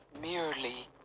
merely